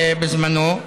בזמנו,